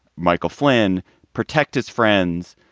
michael flynn, protect his friends.